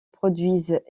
produisent